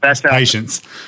patience